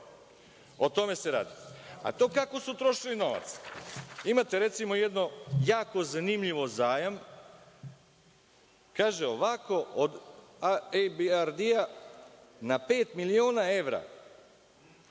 O tome se radi, a to kako su trošili novac, imate recimo jedan jako zanimljiv zajam, kaže ovako, od EBRD na pet miliona evra,